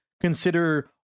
consider